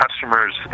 customers